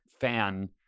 fan